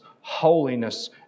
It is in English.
holiness